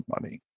money